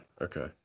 okay